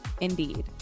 Indeed